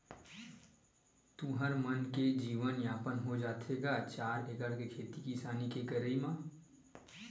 तुँहर मन के जीवन यापन हो जाथे गा चार एकड़ के खेती किसानी के करई म?